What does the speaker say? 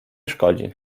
szkodzi